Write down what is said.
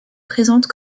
présente